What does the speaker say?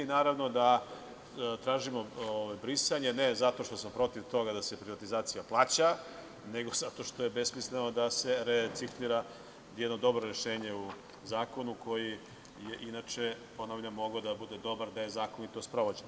Naravno da tražimo brisanje, ne zato što smo protiv toga da se privatizacija plaća nego zato što je besmisleno da se reciklira jedno dobro rešenje u zakonu koji je inače, ponavljam, mogao da bude dobar da je zakonito sprovođen.